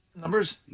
Numbers